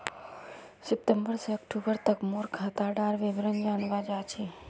सितंबर से अक्टूबर तक मोर खाता डार विवरण जानवा चाहची?